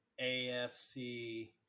AFC